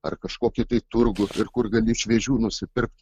ar kažkokį tai turgų ir kur gali šviežių nusipirkt